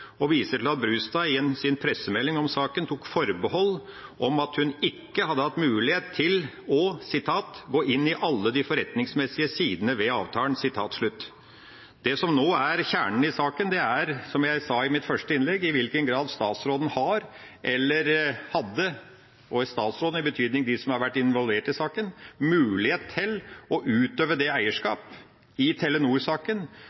og viste til at Brustad i en pressemelding tok forbehold om at hun ikke hadde hatt mulighet til å «gå inn i alle de forretningsmessige sidene ved avtalen». Kjernen i saken nå er, som jeg sa i mitt første innlegg, i hvilken grad statsråden – i betydningen de som har vært involvert i saken – har eller hadde mulighet til å utøve eierskap i Telenor-saken slik det forventes at det skal utøves, fordi her har Telenor hatt en svært høy profil i